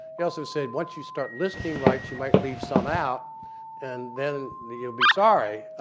he also said once you start listing rights, you might leave some out and then you'll be sorry.